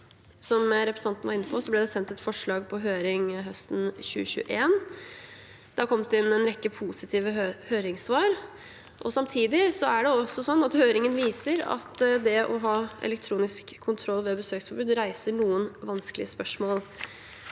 Som representanten var inne på, ble det sendt et forslag på høring høsten 2021. Det har kommet inn en rekke positive høringssvar. Samtidig er det sånn at høringen viser at det å ha elektronisk kontroll ved besøksforbud reiser noen vanskelige spørsmål.